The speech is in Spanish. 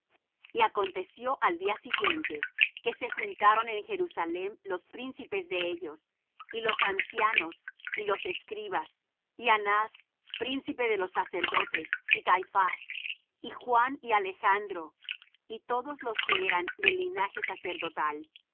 y aconteció al día siguiente que se juntaron en jerusalem los príncipes de ellos y los ancianos y los escribas y anás príncipe de los sacerdotes y caifás y juan y alejandro y todos los que eran del linaje sacerdotal